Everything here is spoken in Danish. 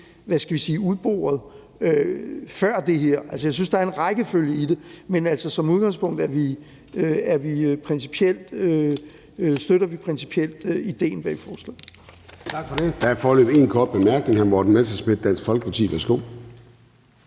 være, at vi fik det udboret før det her. Altså, jeg synes, der er en rækkefølge i det. Men som udgangspunkt støtter vi principielt idéen bag forslaget.